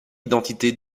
identité